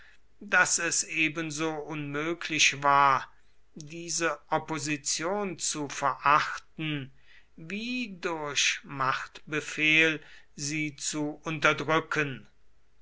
daß es ebenso unmöglich war diese opposition zu verachten wie durch machtbefehl sie zu unterdrücken